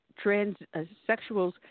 transsexuals